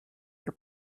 your